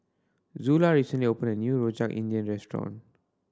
Zula recently opened a new Rojak India restaurant